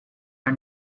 are